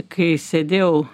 kai sėdėjau